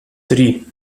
три